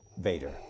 Vader